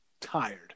tired